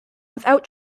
without